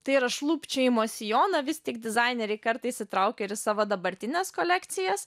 tai yra šlubčiojimo sijoną vis tik dizaineriai kartais įtraukia ir į savo dabartines kolekcijas